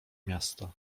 miasta